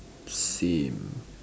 same